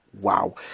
wow